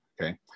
okay